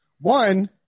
One